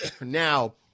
now